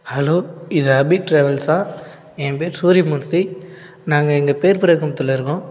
hello இது அபி ட்ராவல்ஸ்ஸா என் பேர் சூரிய மூர்த்தி நாங்கள் இங்கே பேர் பெரியாங்குப்பத்தில் இருக்கோம்